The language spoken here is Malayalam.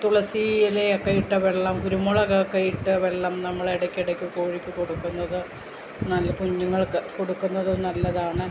തുളസീ ഇലയൊക്കെ ഇട്ട വെള്ളം കുരുമുളകൊക്കെ ഇട്ട വെള്ളം നമ്മളിടക്കിടക്ക് കോഴിക്കു കൊടുക്കുന്നത് നല്ല കുഞ്ഞുങ്ങൾക്ക് കൊടുക്കുന്നത് നല്ലതാണ്